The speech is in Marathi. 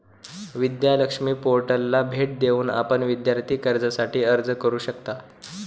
विद्या लक्ष्मी पोर्टलला भेट देऊन आपण विद्यार्थी कर्जासाठी अर्ज करू शकता